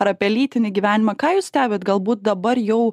ar apie lytinį gyvenimą ką jūs stebit galbūt dabar jau